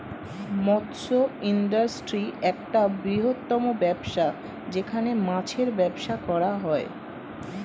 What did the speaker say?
মৎস্য ইন্ডাস্ট্রি একটা বৃহত্তম ব্যবসা যেখানে মাছের ব্যবসা করা হয়